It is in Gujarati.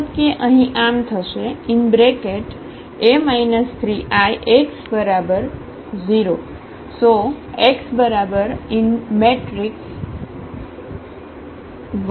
મતલબ કે અહીં આમ થશે A 3Ix0